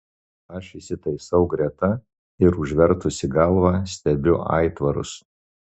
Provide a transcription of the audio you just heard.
aš įsitaisau greta ir užvertusi galvą stebiu aitvarus